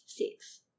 Six